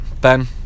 Ben